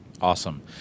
Awesome